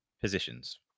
positions